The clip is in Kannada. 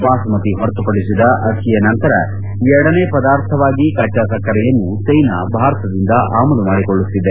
ಬಾಸುಮತಿ ಹೊರತುಪಡಿಸಿದ ಅಕ್ಕಿಯ ನಂತರ ಎರಡನೆ ಪದಾರ್ಥವಾಗಿ ಕಚ್ಚಾ ಸಕ್ಕರೆಯನ್ನು ಚ್ಲೆನಾ ಭಾರತದಿಂದ ಆಮದು ಮಾಡಿಕೊಳ್ಳುತ್ತಿದೆ